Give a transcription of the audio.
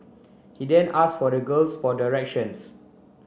he then asked for the girl for directions